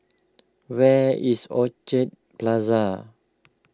where is Orchid Plaza